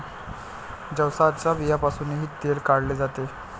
जवसाच्या बियांपासूनही तेल काढले जाते